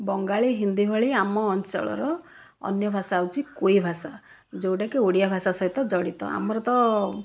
ବଙ୍ଗାଳୀ ହିନ୍ଦୀ ଭଳି ଆମ ଅଞ୍ଚଳର ଅନ୍ୟ ଭାଷା ହେଉଛି କୁଇ ଭାଷା ଯେଉଁଟାକି ଓଡ଼ିଆ ଭାଷା ସହିତ ଜଡ଼ିତ ଆମର ତ